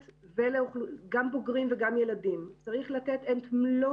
גם בוגרים וגם ילדים את מלוא